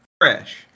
fresh